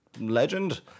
legend